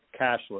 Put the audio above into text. cashless